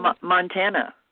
Montana